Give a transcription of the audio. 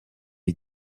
est